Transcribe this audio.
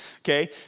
okay